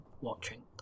watching